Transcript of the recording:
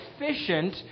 efficient